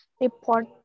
Report